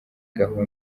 gahunda